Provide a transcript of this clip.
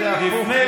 שישתוק.